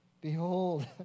Behold